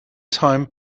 time